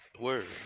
Word